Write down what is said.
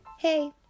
Hey